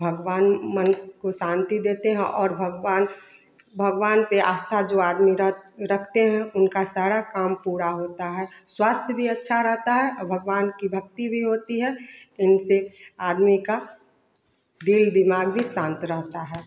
भागवान मन को शांति देते है और भागवान भगवान पे आस्था जो आदमी रखते है उनका सारा काम पूरा होता है स्वास्थ्य भी अच्छा रहता है भगवान की भक्ति भी होती है इनसे आदमी का दिल दिमाग भी शांत रहता है